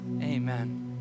Amen